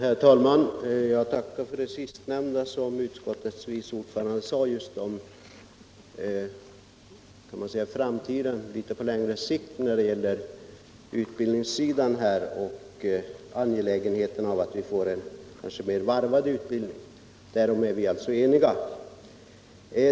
Herr talman! Jag tackar utskottets vice ordförande för det sista han sade i sitt anförande, rörande utbildningen på längre sikt och angelägenheten av att vi får mer varvad utbildning. Därom är vi alltså eniga.